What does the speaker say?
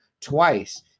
twice